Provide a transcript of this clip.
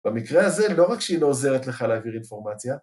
‫במקרה הזה לא רק שהיא לא עוזרת לך ‫להעביר אינפורמציה...